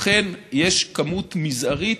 אכן יש כמות מזערית,